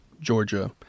Georgia